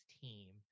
team